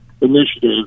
initiative